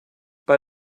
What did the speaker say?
bei